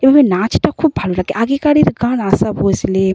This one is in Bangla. এভাবে নাচটা খুব ভালো লাগে আগেকারের গান আশা ভোঁসলে